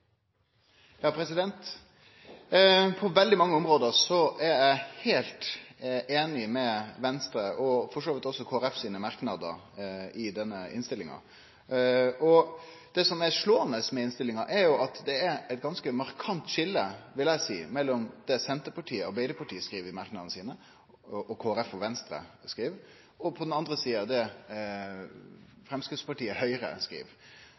Venstre, og for så vidt òg frå Kristeleg Folkeparti, i denne innstillinga. Det som er slåande med innstillinga, er at det er eit ganske markant skilje, vil eg seie, mellom det Senterpartiet og Arbeidarpartiet skriv i merknadene sine, og det Kristeleg Folkeparti og Venstre skriv, og, på den andre sida, det Framstegspartiet og Høgre skriv.